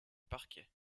parquet